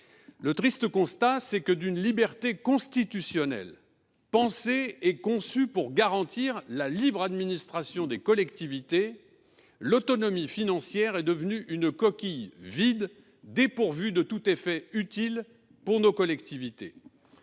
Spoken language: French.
Le triste constat c’est que d’une liberté constitutionnelle, pensée et conçue pour garantir la libre administration des collectivités, l’autonomie financière est devenue une coquille vide dépourvue de tout effet utile pour nos collectivités.